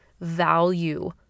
value